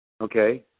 Okay